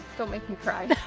don't make me cry.